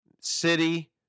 City